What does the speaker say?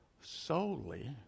solely